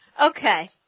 Okay